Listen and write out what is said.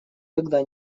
когда